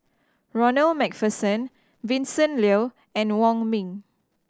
Ronald Macpherson Vincent Leow and Wong Ming